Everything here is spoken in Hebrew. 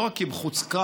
לא רק כי בחוץ קר,